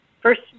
First